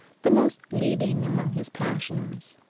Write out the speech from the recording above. the most leading among his parishioners.